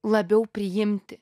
labiau priimti